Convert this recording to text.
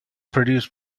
produced